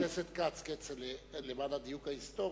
חבר הכנסת כץ, כצל'ה, למען הדיוק ההיסטורי,